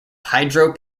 hydro